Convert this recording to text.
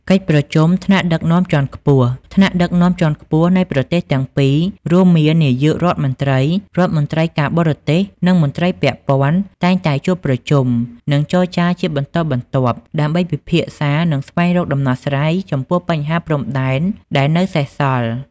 កិច្ចប្រជុំថ្នាក់ដឹកនាំជាន់ខ្ពស់ថ្នាក់ដឹកនាំជាន់ខ្ពស់នៃប្រទេសទាំងពីរ រួមមាន នាយករដ្ឋមន្ត្រី រដ្ឋមន្ត្រីការបរទេស និងមន្ត្រីពាក់ព័ន្ធ តែងតែជួបប្រជុំ និងចរចាជាបន្តបន្ទាប់ ដើម្បីពិភាក្សា និងស្វែងរកដំណោះស្រាយចំពោះបញ្ហាព្រំដែនដែលនៅសេសសល់។